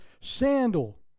sandal